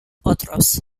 otros